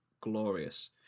glorious